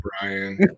brian